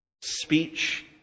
speech